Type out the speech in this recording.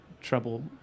trouble